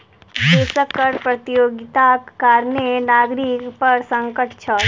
देशक कर प्रतियोगिताक कारणें नागरिक पर संकट छल